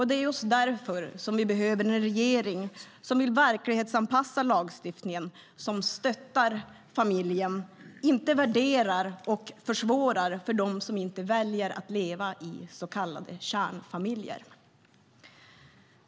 Det är just därför vi behöver en regering som vill verklighetsanpassa lagstiftningen och som stöttar familjen och inte värderar och försvårar för dem som inte väljer att leva i så kallade kärnfamiljer.